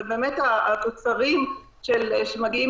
ובאמת התוצרים שמגיעים